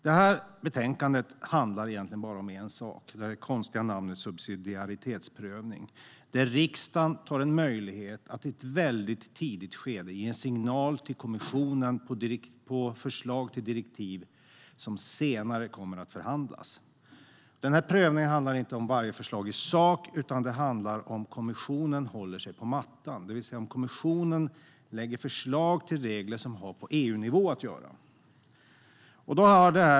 Detta betänkande handlar egentligen bara om en sak. Det gäller det konstiga ordet "subsidiaritetsprövning", där riksdagen har möjlighet att i ett väldigt tidigt skede ge en signal till kommissionen om förslag till direktiv som senare kommer att förhandlas. Prövningen handlar inte om varje förslag i sak utan om huruvida kommissionen håller sig på mattan, det vill säga om kommissionen lägger fram förslag till regler som har på EU-nivå att göra.